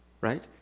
Right